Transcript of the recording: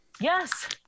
yes